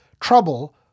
trouble